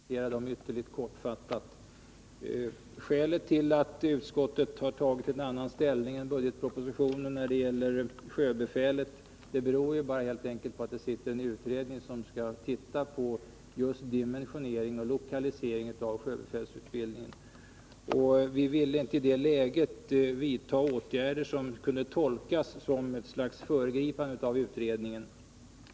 Herr talman! I huvudsak två frågor har diskuterats i utskottet när det gäller detta betänkande, nämligen arbetsmiljöutbildningen och sjöbefälsutbildningen. Jag skall kommentera dessa två frågor ytterst kortfattat. Skälet till att utskottet har tagit en annan ställning än budgetpropositionen när det gäller sjöbefälet beror helt enkelt på att en utredning sysslar just med dimensioneringen och lokaliseringen av sjöbefälsutbildningen. Vi vill i detta läge inte vidta åtgärder, som kunde tolkas som ett slags föregripande av utredningen.